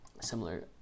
similar